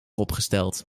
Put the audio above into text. opgesteld